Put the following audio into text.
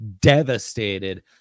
devastated